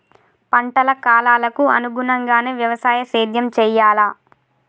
పంటల కాలాలకు అనుగుణంగానే వ్యవసాయ సేద్యం చెయ్యాలా?